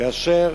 כאשר